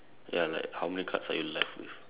ya like how many cards are you left with